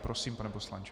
Prosím, pane poslanče.